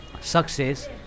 success